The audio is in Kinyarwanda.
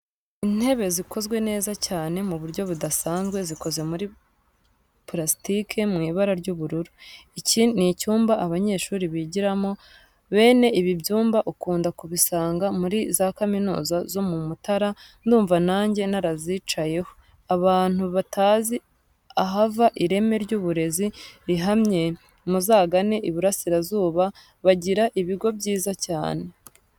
Intebe zikozwe neza cyane mu buryo budasanzwe zikoze muri purasitike mu ibara ry'ubururu. Iki ni icyumba abanyeshuri bigiramo bene ibi byumba ukunda kubisanga muri za kaminuza zo mu mutara ndumva nange narazicayeho. Abantu batazi ahava ireme ry'uburezi rihamye muzagane Iburasirazuba bagira ibigo byiza cyane.